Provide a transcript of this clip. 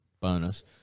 bonus